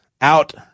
out